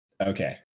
Okay